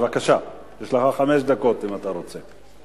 בבקשה, יש לך חמש דקות, אם אתה רוצה.